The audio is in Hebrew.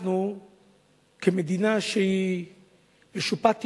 אנחנו כמדינה שמשופעת בתקשורת,